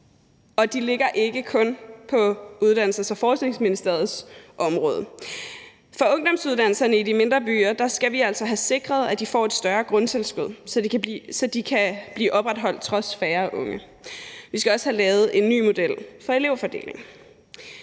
og de ligger ikke kun på Uddannelses- og Forskningsministeriets område. Ungdomsuddannelserne i de mindre byer skal vi altså have sikret får et større grundtilskud, så de kan blive opretholdt trods færre unge. Vi skal også have lavet en ny model for elevfordeling.